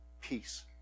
peace